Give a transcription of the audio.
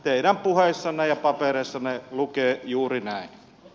teidän puheissanne ja papereissanne lukee juuri näin